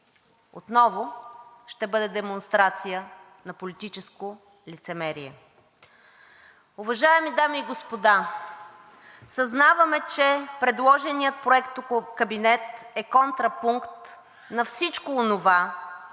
отново ще бъде демонстрация на политическо лицемерие. Уважаеми дами и господа, съзнаваме, че предложеният проектокабинет е контрапункт на всичко онова,